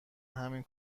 همین